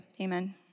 amen